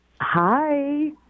Hi